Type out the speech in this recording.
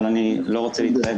אבל אני לא רוצה להתחייב,